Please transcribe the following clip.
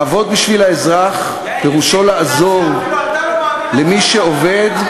לעבוד בשביל האזרח פירושו לעזור למי שעובד,